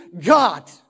God